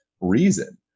reason